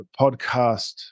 podcast